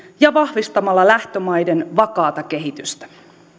ja vahvistamalla lähtömaiden vakaata kehitystä